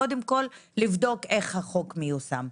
קודם כל לבדוק כיצד החוק מיושם,